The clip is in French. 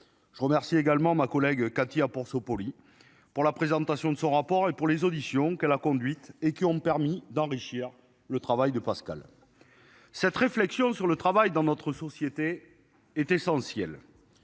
Je remercie également ma collègue Katia pour polie pour la présentation de son rapport et pour les auditions que la conduite et qui ont permis d'enrichir le travail de Pascal. Cette réflexion sur le travail dans notre société est essentiel.